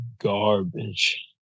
garbage